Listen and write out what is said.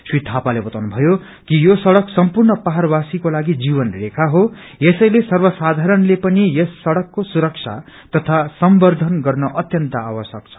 श्री थापाले बताउनु भयो कि यो सड़क सम्पूर्ण पहाड़वासीकोलागि जीवनरेखा हो यसैले सर्वसाधारणले पनि सड़कको सुरक्षा तथा संवर्षन गर्न अत्यन्त आवश्यक छ